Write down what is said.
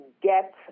get